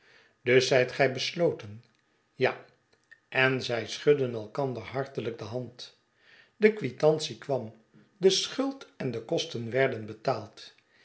dus zijt gij besloten ja en zij schudden elkander hartelijk de hand de quitantie kwam de schuld en de kosten werden betaald